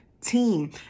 team